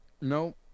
no